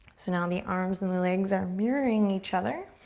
so now the arms and the legs are mirroring each other.